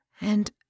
And